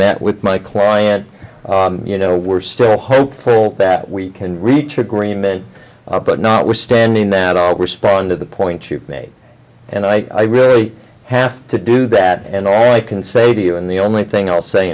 met with my client you know we're still hopeful that we can reach agreement but notwithstanding that i'll respond to the points you made and i really have to do that and all i can say to you and the only thing i'll say